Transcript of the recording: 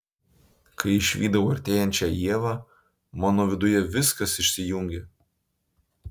kai išvydau artėjančią ievą mano viduje viskas išsijungė